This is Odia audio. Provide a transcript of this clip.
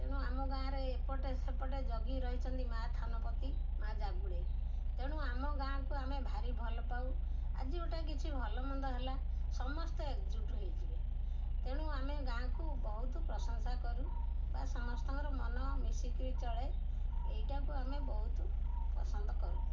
ତେଣୁ ଆମ ଗାଁରେ ଏପଟେ ସେପଟେ ଜଗି ରହିଛନ୍ତି ମା' ଥାନପତି ମା' ଜାଗୁଳେଇ ତେଣୁ ଆମ ଗାଁକୁ ଆମେ ଭାରି ଭଲ ପାଉ ଆଜି ଗୋଟେ କିଛି ଭଲ ମନ୍ଦ ହେଲା ସମସ୍ତେ ଏକଜୁଟ ହେଇଯିବେ ତେଣୁ ଆମେ ଗାଁକୁ ବହୁତ ପ୍ରଶଂସା କରୁ ବା ସମସ୍ତଙ୍କର ମନ ମିଶି କରି ଚଳେ ଏଇଟାକୁ ଆମେ ବହୁତ ପସନ୍ଦ କରୁ